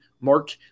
mark